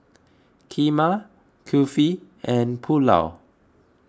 Kheema Kulfi and Pulao